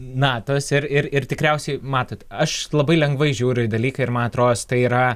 natos ir ir ir tikriausiai matot aš labai lengvai žiūriu į dalyką ir man atodos tai yra